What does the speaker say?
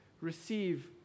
receive